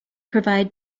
provide